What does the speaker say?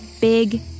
big